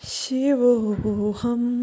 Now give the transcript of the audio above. Shivoham